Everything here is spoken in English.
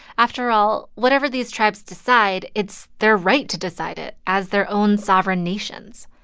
after all, whatever these tribes decide, it's their right to decide it as their own sovereign nations.